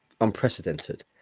unprecedented